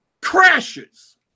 crashes